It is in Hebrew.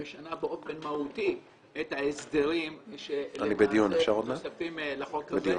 משנה באופן מהותי את ההסדרים שנוספים לחוק הזה,